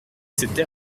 cette